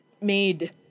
made